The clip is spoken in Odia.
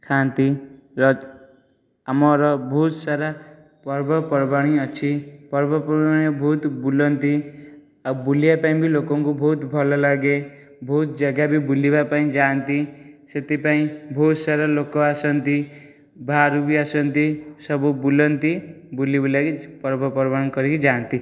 ଖାଆନ୍ତି ର ଆମର ବହୁତସାରା ପର୍ବପର୍ବାଣି ଅଛି ପର୍ବପର୍ବାଣିରେ ବହୁତ ବୁଲନ୍ତି ଆଉ ବୁଲିବାପାଇଁ ବି ଲୋକଙ୍କୁ ବହୁତ ଭଲ ଲାଗେ ବହୁତ ଜାଗା ବି ବୁଲିବାପାଇଁ ଯାଆନ୍ତି ସେଥିପାଇଁ ବହୁତସାରା ଲୋକ ଆସନ୍ତି ବାହାରୁ ବି ଆସନ୍ତି ସବୁ ବୁଲନ୍ତି ବୁଲି ବୁଲାଇ ପର୍ବପର୍ବାଣି କରିକି ଯାଆନ୍ତି